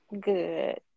Good